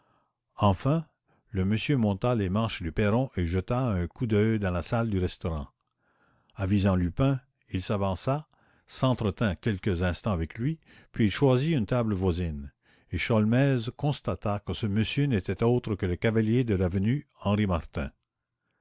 enfin le monsieur monta les marches du perron et jeta un coup d'œil dans la salle du restaurant avisant lupin il s'avança s'entretint quelques instants avec lui puis il choisit une table voisine et sholmès constata que ce monsieur n'était autre que le cavalier de l'avenue